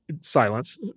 silence